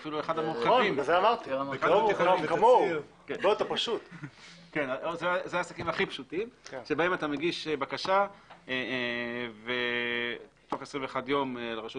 כאן העסקים הכי פשוטים בהם אתה מגיש בקשה ותוך 21 ימים לרשות